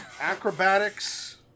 acrobatics